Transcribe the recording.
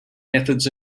methods